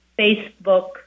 Facebook